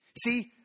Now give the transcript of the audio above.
See